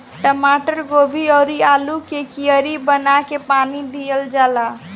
टमाटर, गोभी अउरी आलू के कियारी बना के पानी दिहल जाला